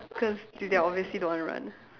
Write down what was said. cause they obviously don't want to run